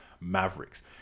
Mavericks